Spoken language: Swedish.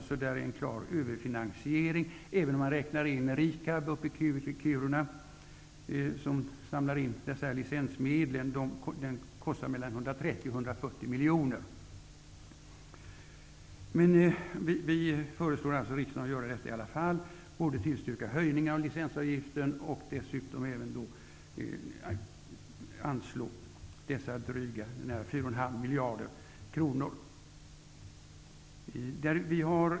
Det är således fråga om en klar överfinansiering även om man räknar in kostnaderna för RIKAB i Kiruna som samlar in licensmedlen. Det kostar mellan 130 miljoner och Vi föreslår ändock riksdagen att som en följd därav tillstyrka en höjning av licensavgiften och att anslå drygt 4 500 miljoner kronor.